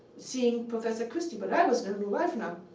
seeing professor christy. but i was a new wife now,